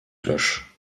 cloche